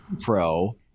Pro